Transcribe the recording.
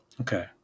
okay